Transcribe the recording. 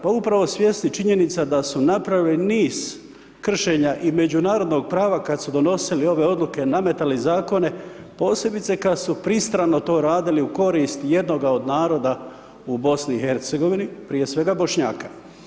Pa upravo svjesni činjenica da su napravili niz kršenja i međunarodnog prava kada su donosili ove odluke, nametali zakone posebice kada su pristrano to raditi u korist jednoga od naroda u BiH prije svega Bošnjaka.